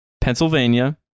Pennsylvania